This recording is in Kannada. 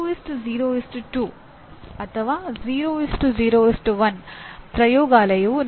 ಎರಡನೆಯ ಪಾಠ "ಪಠ್ಯಕ್ರಮದ ವಿನ್ಯಾಸ"